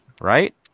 right